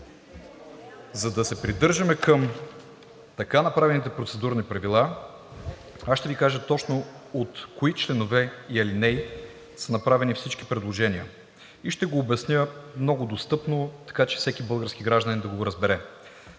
За да се придържаме към така направените процедурни правила, аз ще Ви кажа точно от кои членове и алинеи са направени всички предложения и ще го обясня много достъпно, така че всеки български гражданин да го разбере.